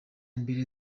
mbere